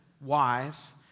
wise